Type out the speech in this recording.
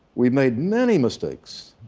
we've made many mistakes,